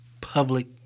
public